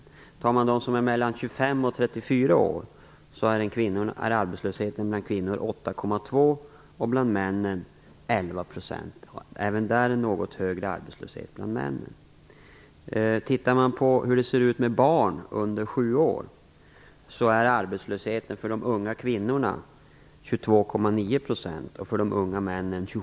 Om man tittar på dem som är mellan 25 och 34 år ser man att arbetslösheten bland kvinnor är 8,2 % och att den är 11 % bland män. Även där är det något högre arbetslöshet bland männen.